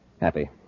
Happy